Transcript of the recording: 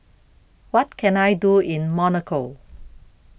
What Can I Do in Monaco